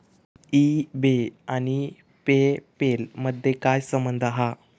E बे आणि PayPal मधे काय संबंध हा?